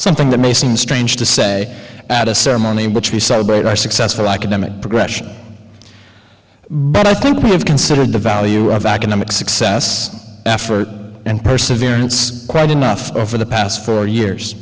something that may seem strange to say at a ceremony in which we celebrate our successful academic progression but i think we have considered the value of academic success effort and perseverance quite enough for the past four years